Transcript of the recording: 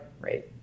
right